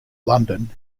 london